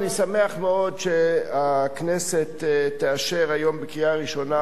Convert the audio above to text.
אני שמח מאוד שהכנסת תאשר היום בקריאה ראשונה